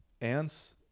ants